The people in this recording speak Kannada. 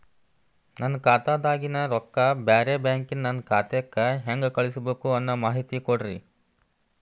ನನ್ನ ಖಾತಾದಾಗಿನ ರೊಕ್ಕ ಬ್ಯಾರೆ ಬ್ಯಾಂಕಿನ ನನ್ನ ಖಾತೆಕ್ಕ ಹೆಂಗ್ ಕಳಸಬೇಕು ಅನ್ನೋ ಮಾಹಿತಿ ಕೊಡ್ರಿ?